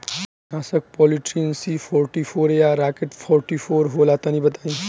कीटनाशक Polytrin C forty four या rocket forty four होला तनि बताई?